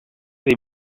dei